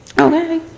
Okay